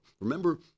Remember